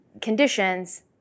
conditions